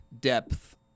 depth